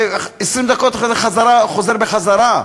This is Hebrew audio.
ו-20 דקות חוזר בחזרה.